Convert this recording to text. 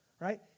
right